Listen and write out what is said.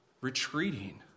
retreating